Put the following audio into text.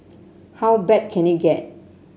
how bad can it get